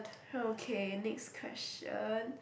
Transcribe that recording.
okay next question